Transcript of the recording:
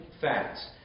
facts